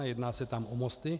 Jedná se tam o mosty.